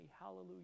Hallelujah